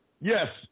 Yes